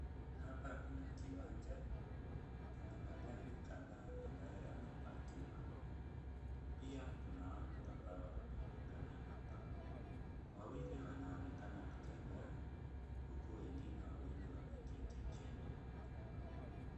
Hapa kuna kiwanja. Kuna magari kadhaa ambayo yamepackiwa . Pia kuna watu ambao wanaonekana hapa. Wawili wanaonekana kutembea huku wengine wawili wameketi chini.